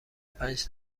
پنج